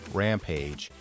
rampage